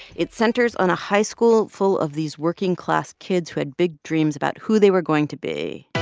it centers on a high school full of these working-class kids who had big dreams about who they were going to be